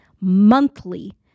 Monthly